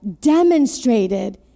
demonstrated